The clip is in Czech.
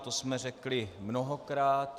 To jsme řekli mnohokrát.